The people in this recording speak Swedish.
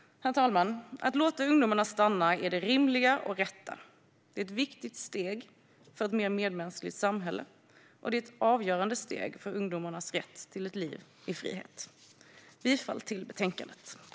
Herr talman! Att låta ungdomarna stanna är det rimliga och rätta. Det är ett viktigt steg för ett mer medmänskligt samhälle och ett avgörande steg för ungdomarnas rätt till ett liv i frihet. Jag yrkar bifall till betänkandet.